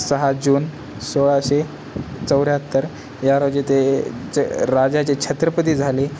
सहा जून सोळाशे चौऱ्याहत्तर या रोजी ते ज राजाचे छत्रपती झाली